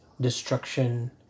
destruction